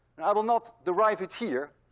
and i will not derive it here